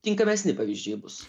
tinkamesni pavyzdžiai bus